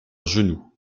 genou